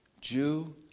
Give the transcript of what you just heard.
Jew